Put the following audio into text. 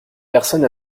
personne